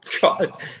God